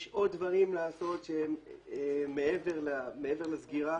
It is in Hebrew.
שיש עוד דברים לעשות שהם מעבר לסגירה